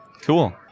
Cool